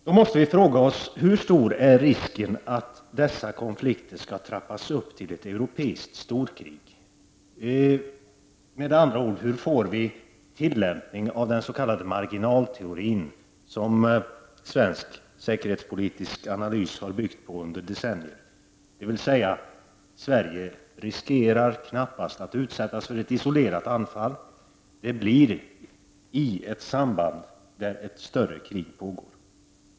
Då måste vi fråga oss: Hur stor är risken att dessa konflikter trappas upp till ett europeiskt storkrig? Med andra ord: Hur får vi tillämpning av den s.k. marginalteorin, som svensk säkerhetspolitisk analys har byggt på under decennier? Dvs. Sverige riskerar knappast att utsättas för ett isolerat anfall. Det blir i ett samband där ett större krig pågår.